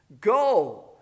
Go